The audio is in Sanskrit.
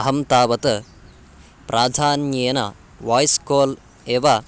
अहं तावत् प्राधान्येन वाय्स् काल् एव